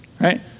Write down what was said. Right